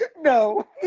No